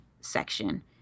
Section